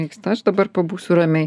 vyksta aš dabar pabūsiu ramiai